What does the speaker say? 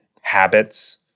habits